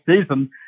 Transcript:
season